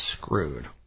screwed